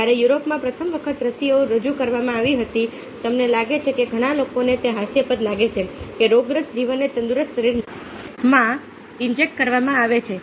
જ્યારે યુરોપમાં પ્રથમ વખત રસીઓ રજૂ કરવામાં આવી હતી તમને લાગે છે કે ઘણા લોકોને તે હાસ્યાસ્પદ લાગે છે કે રોગગ્રસ્ત જીવને તંદુરસ્ત શરીરમાં ઇન્જેક્ટ કરવામાં આવે છે